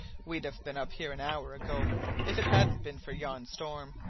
we'd have been up here an hour ago if it hadn't been for yon storm.